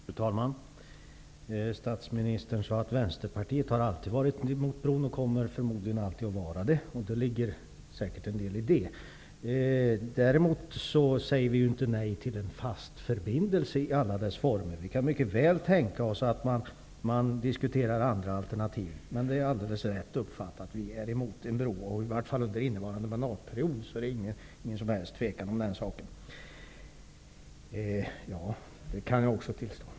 Fru talman! Statsministern sade att Vänsterpartiet alltid har varit och förmodligen alltid kommer att vara emot bron. Det ligger säkert en del i det. Däremot säger vi inte nej till en fast förbindelse i alla dess former. Vi kan mycket väl tänka oss att man diskuterar andra alternativ. Men det är helt rätt uppfattat att vi är emot en bro, och åtminstone under innevarande mandatperiod är det ingen som helst tvekan om det.